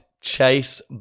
chase